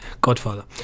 godfather